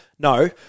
No